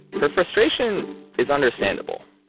her frustration is understandable.